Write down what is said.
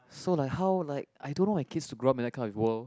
so like how like I don't know my kids to grow up in that kind of world